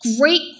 great